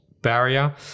barrier